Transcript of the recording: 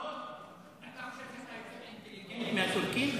רון, אתה חושב שאתה יותר אינטליגנטי מהטורקים?